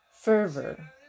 Fervor